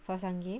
for sunge